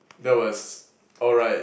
that was alright